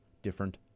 different